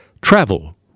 travel